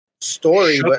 story